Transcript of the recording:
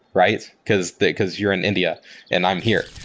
right? because because you're in india and i'm here.